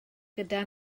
gyda